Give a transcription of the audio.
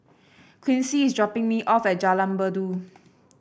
Quincy is dropping me off at Jalan Merdu